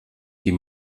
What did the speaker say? die